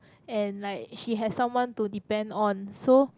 and like she has someone to depend on so